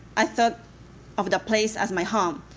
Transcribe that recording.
i thought of the place as my home.